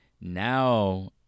now